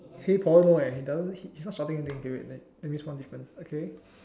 hey Paul no eh he doesn't he's not shouting anything k wait that means one difference okay